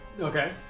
Okay